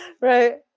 right